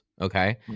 Okay